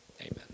Amen